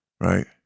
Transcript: right